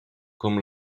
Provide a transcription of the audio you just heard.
com